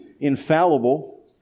infallible